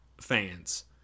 fans